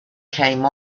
came